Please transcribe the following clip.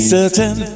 Certain